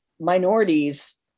minorities